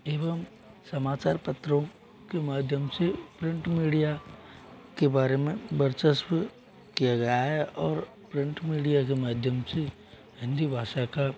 एवं समाचार पत्रों के माध्यम से प्रिंट मीडिया के बारे में वर्चस्व किया गया है और प्रिंट मीडिया के माध्यम से हिंदी भाषा का